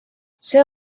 see